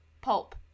pulp